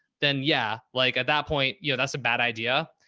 then yeah, like at that point, you know, that's a bad idea,